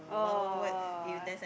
oh oh oh